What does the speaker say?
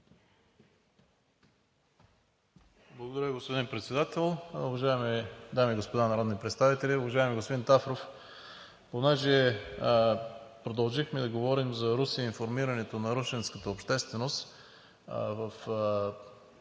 Благодаря. Господин Председател, уважаеми дами и господа народни представители! Уважаеми господин Тафров, понеже продължихме да говорим за Русе и информиране на русенската общественост, в